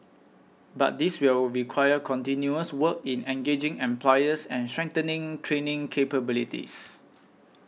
but this will require continuous work in engaging employers and strengthening training capabilities